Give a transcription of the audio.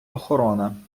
охорона